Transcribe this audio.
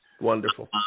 wonderful